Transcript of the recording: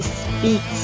speak